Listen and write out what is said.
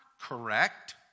correct